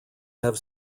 have